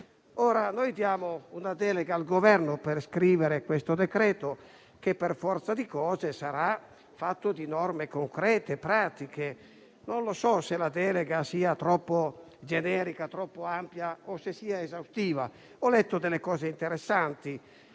noi diamo una delega al Governo per scrivere questo decreto legislativo, che per forza di cose sarà fatto di norme concrete. Non so se la delega sia troppo generica, troppo ampia o se sia esaustiva. Ho letto delle cose interessanti,